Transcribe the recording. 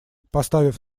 поставив